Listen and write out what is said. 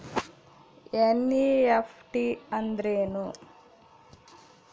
NEFT ಅಂದ್ರೆನು?